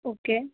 okay